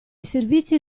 servizi